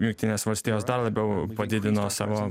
jungtinės valstijos dar labiau padidino savo